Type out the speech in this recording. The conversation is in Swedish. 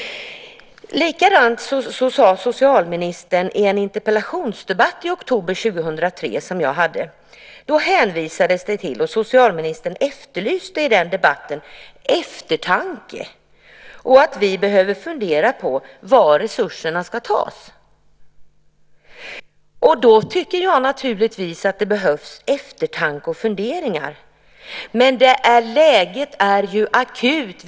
I en interpellationsdebatt med mig i oktober 2003 efterlyste socialministern eftertanke och att vi behöver fundera på var resurserna ska tas. Då tycker jag naturligtvis att det behövs eftertanke och funderingar. Men läget är ju akut.